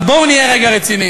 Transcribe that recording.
אבל בואו נהיה רגע רציניים.